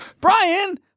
Brian